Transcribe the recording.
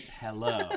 Hello